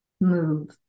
move